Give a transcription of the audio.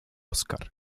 oscar